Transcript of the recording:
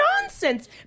nonsense